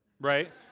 right